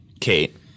Kate